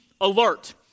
alert